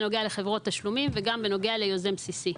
בנוגע לחברות תשלומים ובנוגע ליוזם בסיסי.